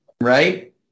right